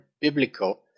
biblical